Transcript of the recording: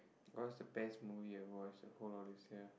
what's the best movie you have watched the whole of this year